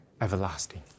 everlasting